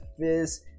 fizz